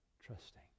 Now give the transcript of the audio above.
trusting